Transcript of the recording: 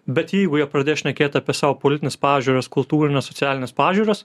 bet jeigu jie pradės šnekėt apie savo politines pažiūras kultūrines socialines pažiūras